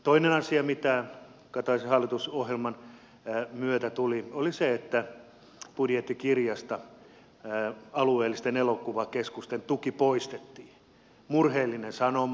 toinen asia joka kataisen hallitusohjelman myötä tuli oli se että budjettikirjasta alueellisten elokuvakeskusten tuki poistettiin murheellinen sanoma